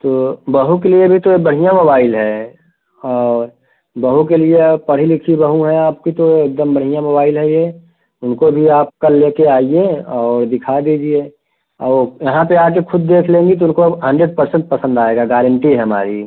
तो बहू के लिए भी तो ये बढ़िया मोबाइल है और बहू के लिए पढ़ी लिखी बहू हैं आपकी तो एकदम बढ़िया मोबाइल है ये उनको भी आप कल ले कर आइए और दिखा दीजिए औ यहाँ पर आ कर ख़ुद देख लेंगी तो इनको अब हंड्रेड परसेंट पसंद आएगा गारेंटी हमारी